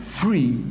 free